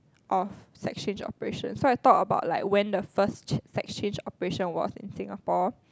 of sex change operations so I talk about like when the first sex change operation was in Singapore